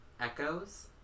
echoes